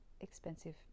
expensive